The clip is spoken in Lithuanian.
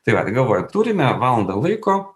tai va galvoju turime valandą laiko